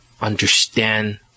understand